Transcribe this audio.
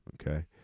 okay